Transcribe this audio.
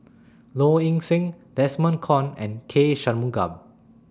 Low Ing Sing Desmond Kon and K Shanmugam